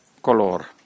color